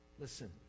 listen